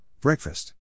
Breakfast